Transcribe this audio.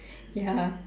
ya